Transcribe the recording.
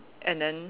and then